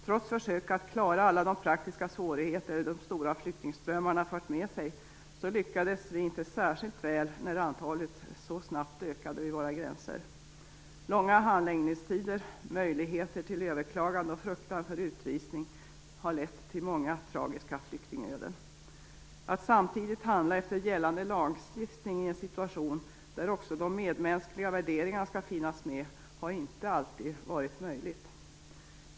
Trots försök att klara alla de praktiska svårigheter de stora flyktingströmmarna fört med sig lyckades vi inte särskilt väl när antalet så snabbt ökade vid våra gränser. Långa handläggningstider, möjligheter till överklagande och fruktan för utvisning har lett till många tragiska flyktingöden. Att handla efter gällande lagstiftning i en situation där också de medmänskliga värderingarna skall finnas med har inte alltid varit möjligt.